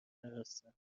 هستند